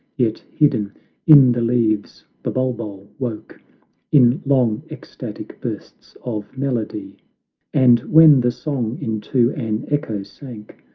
yet, hidden in the leaves, the bulbul woke in long ecstatic bursts of melody and when the song into an echo sank,